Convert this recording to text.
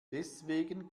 deswegen